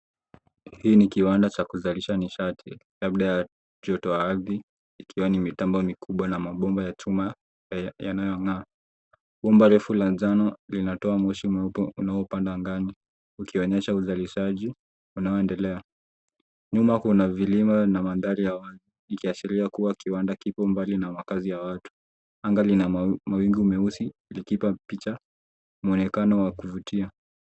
Hii ni kiwanda cha kuzalisha nishati, labda ya, joto ya ardhi ikiwa ni mitambo mikubwa na mabomba ya chuma yanayongaa. Bomba refu la njano, linatoa moshi mweupe unaopanda angani ukionyesha uzalishaji unaoendelea. Nyuma kuna milima na mandhari ya wazi ikiashiria kiwanda kipo mbali na makazi ya watu. Anga lina mawingu meusi likipa picha mwonekano wa kuvutia.